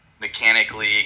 mechanically